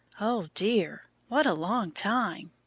oh dear, what a long time!